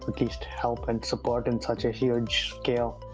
least help and support in such a huge scale.